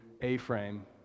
A-frame